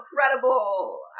incredible